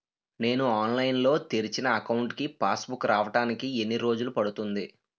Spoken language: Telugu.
నేను ఆన్లైన్ లో తెరిచిన అకౌంట్ కి పాస్ బుక్ రావడానికి ఎన్ని రోజులు పడుతుంది?